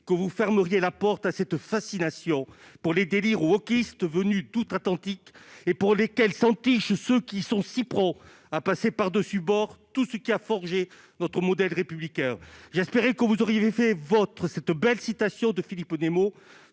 que vous fermeriez la porte à cette fascination pour les délires wokistes venus d'outre-Atlantique, pour lesquels s'entichent ceux qui sont si prompts à passer par-dessus bord tout ce qui a forgé notre modèle républicain. J'espérais que vous auriez fait vôtre cette belle citation de Philippe Nemo